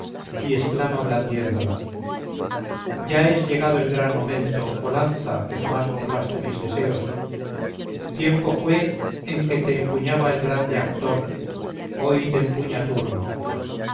y exclama blandiéndola ya es llegado el gran momento oh lanza que jamás burlaste mis deseos tiempo fue en que te empuñaba el grande actor hoy te empuña turno